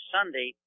Sunday